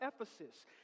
Ephesus